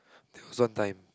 sometime